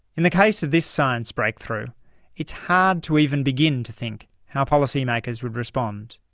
in the case of this science breakthrough it's hard to even begin to think how policymakers would respond.